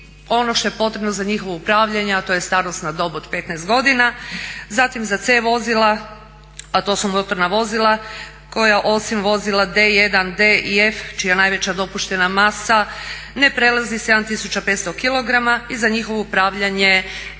ono što je potrebno za njihovo upravljanje a to je starosna dob od 15 godina. Zatim za C vozila a to su motorna vozila koja osim vozila D1, D i F čija najveća dopuštena masa ne prelazi 7 tisuća 500 kg i za njihovo upravljanje